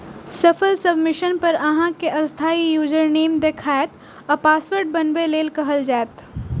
सफल सबमिशन पर अहां कें अस्थायी यूजरनेम देखायत आ पासवर्ड बनबै लेल कहल जायत